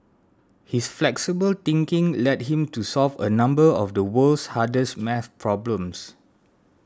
his flexible thinking led him to solve a number of the world's hardest math problems